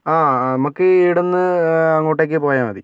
ആ ആ നമ്മൾക്ക് ഇവിടുന്നു അങ്ങോട്ടേക്ക് പോയാൽ മതി